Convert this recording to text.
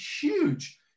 huge